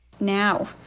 now